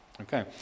Okay